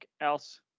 else